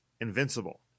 Invincible